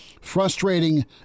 frustrating